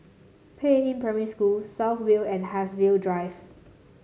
Peiying Primary School South View and Haigsville Drive